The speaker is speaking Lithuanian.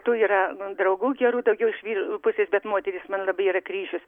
tų yra man draugų gerų daugiau iš vyrų pusės bet moterys man labai yra kryžius